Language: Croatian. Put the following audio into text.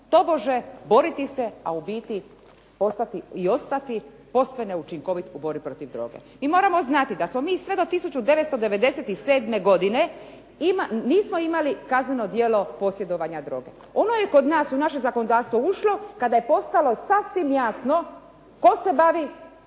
tobože boriti se, a u biti postati i ostati posve neučinkovit u borbi protiv droge. Mi moramo znati da smo mi sve do 1997. godine, nismo imali kazneno djelo posjedovanja droge. Ono je kod nas, u naše zakonodavstvo ušlo kada je postalo sasvim jasno tko se bavi